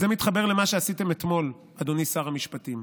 זה מתחבר למה שעשיתם אתמול, אדוני שר המשפטים,